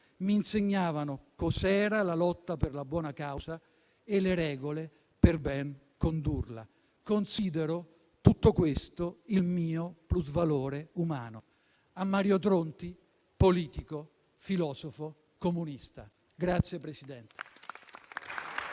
Mi insegnavano che cos'era la lotta per la buona causa e le regole per ben condurla. Considero tutto questo il mio plusvalore umano». A Mario Tronti, politico, filosofo, comunista.